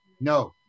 No